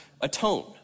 atone